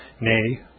nay